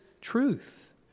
truth